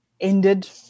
ended